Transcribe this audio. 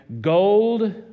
gold